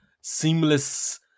seamless